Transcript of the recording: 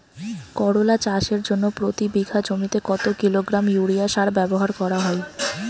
করলা চাষের জন্য প্রতি বিঘা জমিতে কত কিলোগ্রাম ইউরিয়া সার ব্যবহার করা হয়?